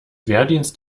wehrdienst